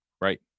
Right